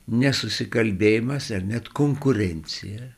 nesusikalbėjimas ar net konkurencija